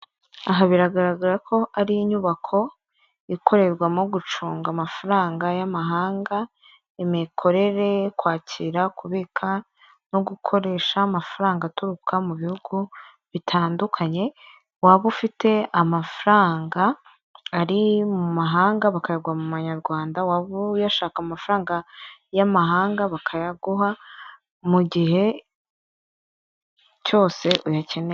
Aha biragaragara ko ari inyubako ikorerwamo gucunga amafaranga y'amahanga, imikorere kwakira, kubika, no gukoresha amafaranga aturuka mu bihugu bitandukanye, waba ufite amafaranga ari mu mahanga bakayaguha mu munyarwanda, waba uyashaka amafaranga y'amahanga bakayaguha mu gihe cyose uyakeneye.